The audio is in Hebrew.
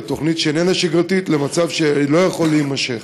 אלא בתוכנית שאיננה שגרתית למצב שאינו יכול להימשך.